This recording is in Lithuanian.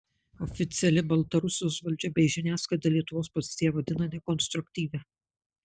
oficiali baltarusijos valdžia bei žiniasklaida lietuvos poziciją vadina nekonstruktyvia